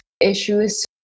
issues